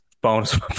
bonus